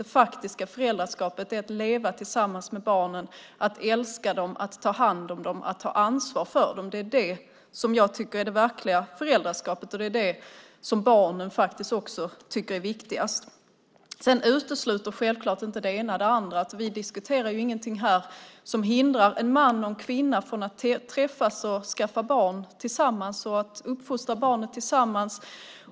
Det faktiska föräldraskapet är att leva tillsammans med barnen, att älska dem, att ta hand om dem och att ta ansvar för dem. Det är det som jag tycker är det verkliga föräldraskapet, och det är faktiskt det som barnen också tycker är viktigast. Sedan utesluter självklart inte det ena det andra. Vi diskuterar ingenting här som hindrar en man och en kvinna att träffas, skaffa barn och uppfostra barnen tillsammans.